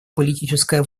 политическая